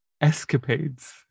escapades